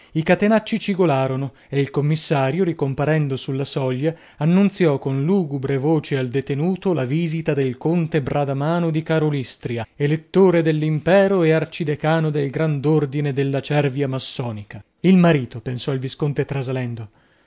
i catenacci cigolarono e il commissario ricomparendo sulla soglia annunzio con lugubre voce al detenuto la visita del conte bradamano di karolystria elettore dell'impero e arcidecano del grand'ordine della cervia massonica il marito pensò il visconte trasalendo